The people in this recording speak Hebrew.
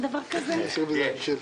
רוויזיה.